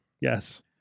Yes